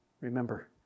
Remember